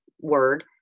word